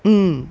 mm